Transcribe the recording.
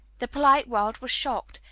the polite world was shocked,